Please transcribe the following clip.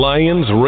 Lions